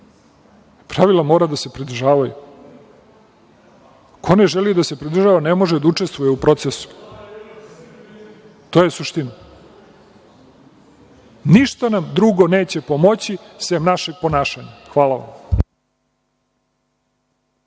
Pravila moramo da se pridržavamo. Ko ne želi da se pridržava, ne može da učestvuje u procesu. To je suština. Ništa nam drugo neće pomoći sem našeg ponašanja. Hvala vam.